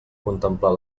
contemplar